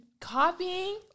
copying